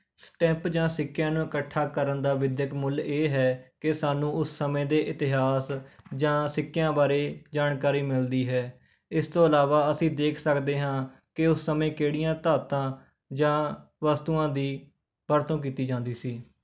stamp ਜਾਂ ਸਿੱਕਿਆਂ ਨੂੰ ਇਕੱਠਾ ਕਰਨ ਦਾ ਵਿੱਦਿਅਕ ਮੁੱਲ ਇਹ ਹੈ ਕਿ ਸਾਨੂੰ ਉਸ ਸਮੇਂ ਦੇ ਇਤਿਹਾਸ ਜਾਂ ਸਿੱਕਿਆਂ ਬਾਰੇ ਜਾਣਕਾਰੀ ਮਿਲਦੀ ਹੈ ਇਸ ਤੋਂ ਇਲਾਵਾ ਅਸੀਂ ਦੇਖ ਸਕਦੇ ਹਾਂ ਕਿ ਉਸ ਸਮੇਂ ਕਿਹੜੀਆਂ ਧਾਤਾਂ ਜਾਂ ਵਸਤੂਆਂ ਦੀ ਵਰਤੋਂ ਕੀਤੀ ਜਾਂਦੀ ਸੀ